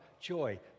joy